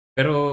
Pero